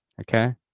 Okay